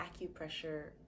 acupressure